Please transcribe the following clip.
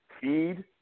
feed